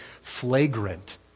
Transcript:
flagrant